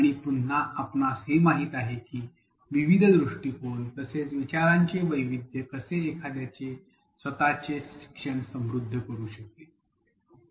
आणि पुन्हा आपणास हे माहित आहे की विविध दृष्टीकोन तसेच विचारांचे वैविध्य कसे एखाद्याचे स्वतःचे शिक्षण समृद्ध करू शकते